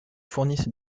fournissent